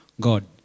God